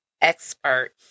expert